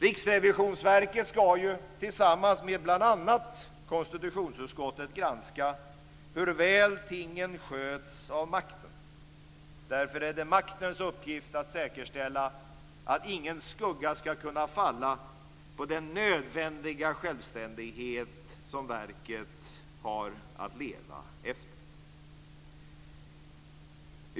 Riksrevisionsverket ska ju tillsammans med bl.a. konstitutionsutskottet granska hur väl tingen sköts av makten. Därför är det maktens uppgift att säkerställa att ingen skugga ska kunna falla på den nödvändiga självständighet som verket har att leva efter.